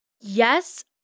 Yes